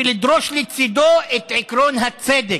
ולדרוש לצידו את עקרון הצדק.